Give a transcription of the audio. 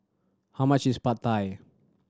how much is Pad Thai